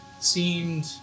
seemed